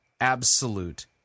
absolute